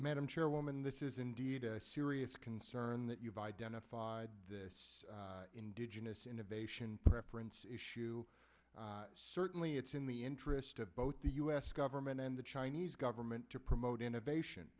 madam chairwoman this is indeed a serious concern that you've identified the indigenous innovation preference issue certainly it's in the interest of both the u s government and the chinese government to promote innovation